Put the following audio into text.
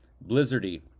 blizzardy